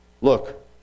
Look